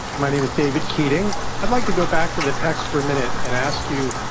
my name is david keating. i'd like to go back to the text for a minute and ask you,